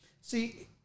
See